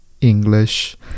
English